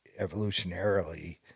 evolutionarily